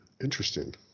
Interesting